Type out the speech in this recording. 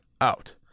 out